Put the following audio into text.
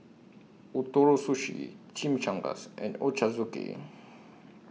Ootoro Sushi Chimichangas and Ochazuke